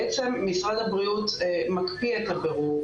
בעצם משרד הבריאות מקפיא את הבירור,